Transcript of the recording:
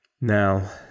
Now